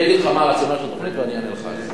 אני אגיד לך מה הרציונל של התוכנית ואני אענה לך על זה.